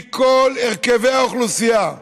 מכל הרכבי האוכלוסייה,